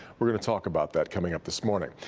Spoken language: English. we are going to talk about that coming up this morning.